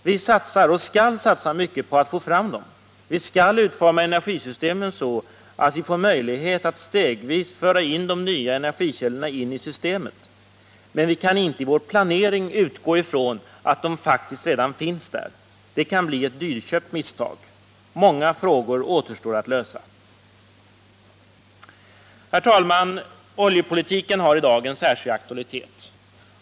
Vi satsar och skall satsa mycket på att få fram dem, vi skall utforma energisystemen så att vi får möjlighet att stegvis föra in de nya energikällorna i systemet, men vi kan inte i vår planering utgå från att de faktiskt redan finns där. Det kan bli ett dyrköpt misstag. Många frågor återstår att lösa. Herr talman! Oljepolitiken har i dag en särskild aktualitet.